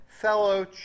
fellow